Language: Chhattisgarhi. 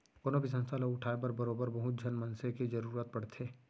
कोनो भी संस्था ल उठाय बर बरोबर बहुत झन मनसे के जरुरत पड़थे